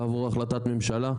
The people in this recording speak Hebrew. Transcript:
תעבור החלטת ממשלה,